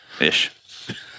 ish